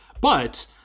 But-